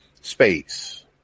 space